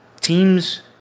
Teams